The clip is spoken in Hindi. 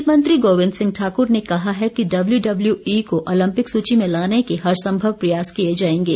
खेल मंत्री गोविंद सिंह ठाकुर ने कहा है कि डब्ल्यू डब्ल्यू ई को औलोम्पिक सूची में लाने के हर संभव प्रयास किए जाएंगे